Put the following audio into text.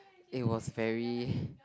it was very